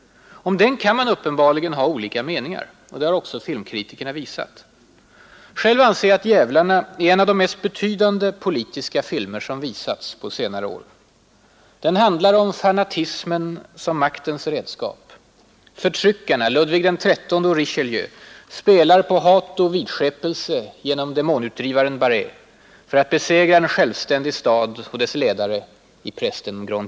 Om den kan man uppenbarligen ha olika meningar; det har också filmkritikerna visat. Själv anser jag att ”Djävlarna” är en av de mest betydande politiska filmer som visats på senare år. Den handlar om fanatismen som maktens redskap. Förtryckarna spelar på hat och vidskepelse för att besegra en självständig stad och dess ledare .